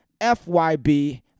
FYB